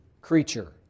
creature